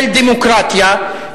של דמוקרטיה,